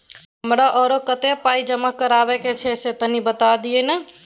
हमरा आरो कत्ते पाई जमा करबा के छै से तनी बता दिय न?